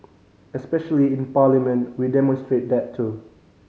especially in Parliament we demonstrate that too